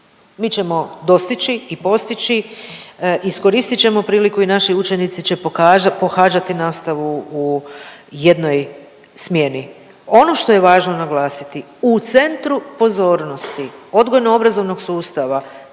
Mi ćemo dostići i postići, iskoristit ćemo priliku i naši učenici će pohađati nastavu u jednoj smjeni. Ono što je važno naglasiti, u centru pozornosti odgojno obrazovnog sustava